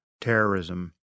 terrorism